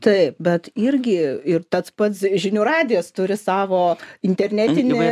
taip bet irgi ir tas pats žinių radijas turi savo internetinį